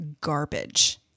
garbage